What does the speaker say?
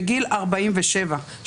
בגיל 47,